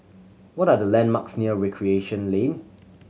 what are the landmarks near Recreation Lane